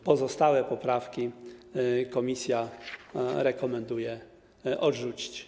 Pozostałe poprawki komisja proponuje odrzucić.